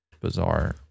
bizarre